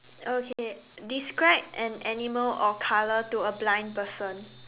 okay describe an animal or colour to a blind person